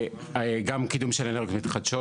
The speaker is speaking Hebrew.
גם קידום של אנרגיות מתחדשות.